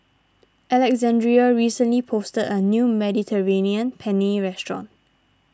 Alexandrea recently a new Mediterranean Penne restaurant